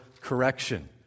correction